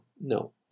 No